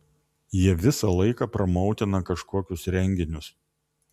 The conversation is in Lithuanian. jie visą laiką promautina kažkokius renginius